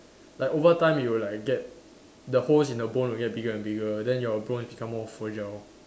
like over time it will like get the holes in your bone will get bigger and bigger then your bones become more fragile